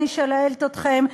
אני שואלת אתכם,